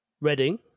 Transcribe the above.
Reading